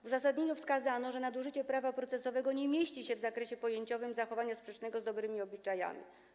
W uzasadnieniu wskazano, że nadużycie prawa procesowego nie mieści się w zakresie pojęciowym zachowania sprzecznego z dobrymi obyczajami.